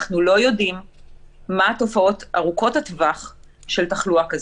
אנחנו לא יודעים מה התופעות ארוכות הטווח של תחלואה כזאת,